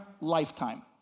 lifetime